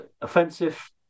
offensive